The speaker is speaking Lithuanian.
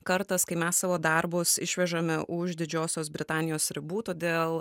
kartas kai mes savo darbus išvežame už didžiosios britanijos ribų todėl